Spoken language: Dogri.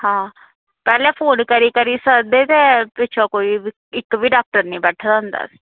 पैह्लें फोन करी करी सद्दे ते पिच्छुआं इक्क बी डॉक्टर निं बैठे दा होंदा